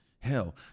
Hell